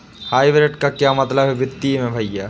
Hybrid का क्या मतलब है वित्तीय में भैया?